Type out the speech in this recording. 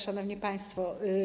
Szanowni Państwo!